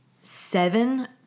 seven